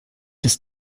des